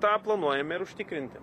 tą planuojame ir užtikrinti